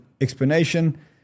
explanation